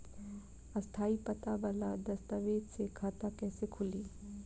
स्थायी पता वाला दस्तावेज़ से खाता कैसे खुली?